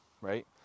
right